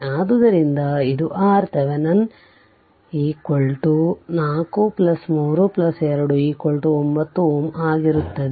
ಆದ್ದರಿಂದ ಇದುRThevenin 4 3 2 9 Ω ಆಗಿರುತ್ತದೆ